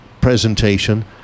presentation